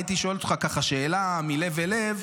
הייתי שואל אותך ככה שאלה מלב אל לב: